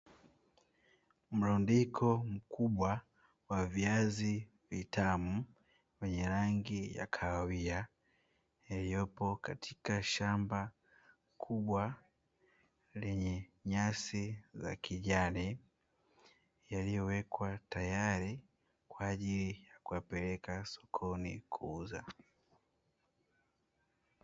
Mrundiko mkubwa wa viazi vitamu vyenye rangi ya kahawia Iliyopo katika shamba kubwa lenye nyasi za kijani, yaliyowekwa tayari kwa ajili ya kuwapeleka sokoni kuuza.